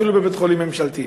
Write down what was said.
אפילו בבית-חולים ממשלתי.